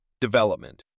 development